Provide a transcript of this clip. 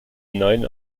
neun